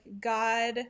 God